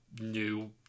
new